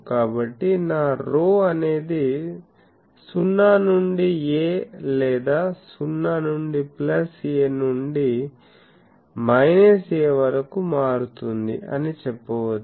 కాబట్టి నా ρ అనేది 0 నుండి a లేదా 0 నుండి ప్లస్ a నుండి మైనస్ a వరకు మారుతుంది అని చెప్పవచ్చు